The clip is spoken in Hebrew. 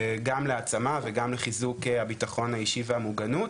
גם להעצמה וגם לחיזוק הביטחון האישי והמוגנות.